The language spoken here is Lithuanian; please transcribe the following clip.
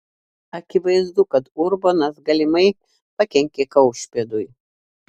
akivaizdu kad urbonas galimai pakenkė kaušpėdui